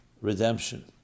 redemption